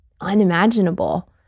unimaginable